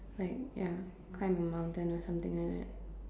like ya climb a mountain or something like that